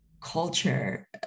culture